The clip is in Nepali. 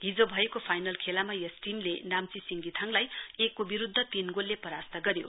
हिजो भएको फाइनल खेलामा यस टीमले नाम्ची सिंगीथाङलाई एकको विरुध्द तीन गोलले परास्त गर्यो